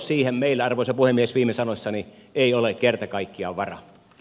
siihen meillä arvoisa puhemies viime sanoissani ei ole kerta kaikkiaan varaa